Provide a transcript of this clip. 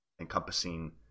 encompassing